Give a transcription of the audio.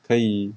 可以